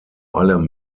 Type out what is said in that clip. allem